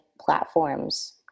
platforms